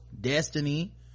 destiny